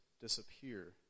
disappear